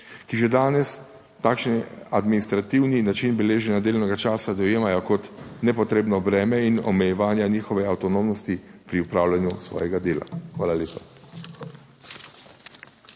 ki že danes takšen administrativni način beleženja delovnega časa dojemajo kot nepotrebno breme in omejevanja njihove avtonomnosti pri opravljanju svojega dela. Hvala lepa.